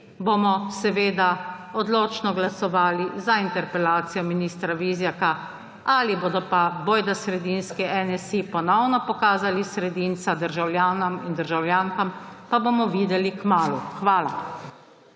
bomo seveda odločno glasovali za interpelacijo ministra Vizjaka. Ali bodo pa − bojda sredinski − NSi ponovno pokazali sredinca državljanom in državljanom, pa bomo videli kmalu. Hvala.